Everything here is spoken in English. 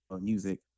music